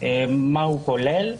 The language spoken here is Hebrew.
מה הוא כולל.